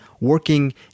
working